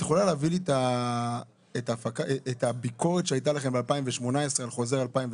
את יכולה להביא לי את הביקורת שהייתה לכם ב-2018 על חוזר 2017,